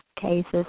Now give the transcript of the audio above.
cases